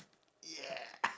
yeah